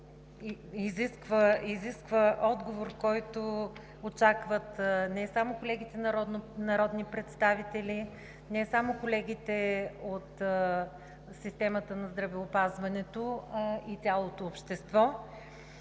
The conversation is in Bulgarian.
въпрос изисква отговор, който очакват не само колегите народни представители, не само колегите от системата на здравеопазването, а и цялото общество.